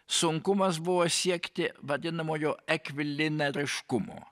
sunkumas buvo siekti vadinamojo ekvilineriškumo